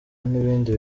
n’ibindi